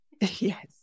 Yes